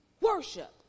worship